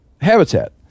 habitat